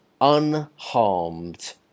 unharmed